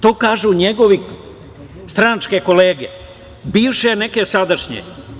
To kažu njegove stranačke kolege, bivše, a neke i sadašnje.